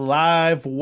live